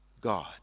God